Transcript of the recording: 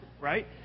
right